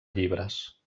llibres